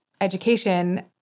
education